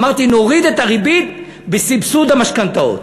אמרתי: נוריד את הריבית בסבסוד המשכנתאות.